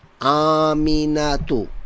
aminatu